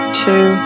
two